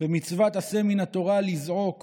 במצוות עשה מן התורה, לזעוק